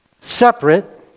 separate